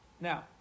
Now